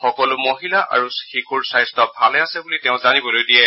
সকলো মহিলা আৰু শিশুৰ স্বাস্থ্য ভালে আছে বুলি তেওঁ জানিবলৈ দিছে